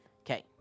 Okay